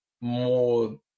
more